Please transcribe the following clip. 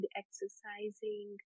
exercising